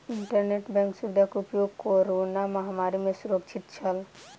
internet bank सुविधा के उपयोग कोरोना महामारी में सुरक्षित छल